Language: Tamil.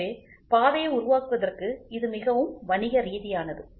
எனவே பாதையை உருவாக்குவதற்கு இது மிகவும் வணிகரீதியானது